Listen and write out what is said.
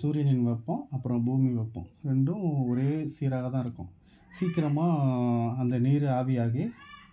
சூரியனின் வைப்போம் அப்புறோம் பூமியின் வைப்போம் ரெண்டும் ஒரே சீரகதாக இருக்கும் சீக்கிரமாக அந்த நீர் ஆவியாகி